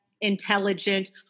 intelligent